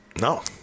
No